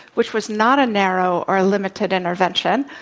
which was not a narrow or limited intervention,